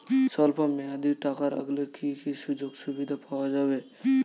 স্বল্পমেয়াদী টাকা রাখলে কি কি সুযোগ সুবিধা পাওয়া যাবে?